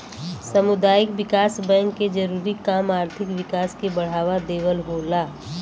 सामुदायिक विकास बैंक के जरूरी काम आर्थिक विकास के बढ़ावा देवल होला